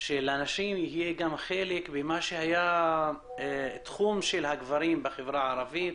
שלנשים יהיה חלק במה שהיה תחום של הגברים בחברה הערבית.